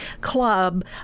club